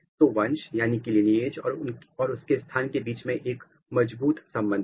तो वंश लीनिएज और उसके स्थान के बीच में एक मजबूत संबंध है